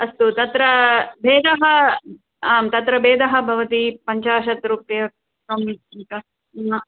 अस्तु तत्र भेदः आं तत्र भेदः भवति पञ्चाशत् रूप्यकं न